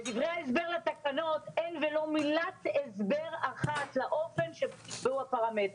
בדברי ההסבר לתקנות אין ולו מילת הסבר אחת לאופן שבו חושבו הפרמטרים.